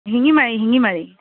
Singimari Singimari